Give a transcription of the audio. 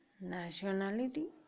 Nationality